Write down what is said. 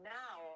now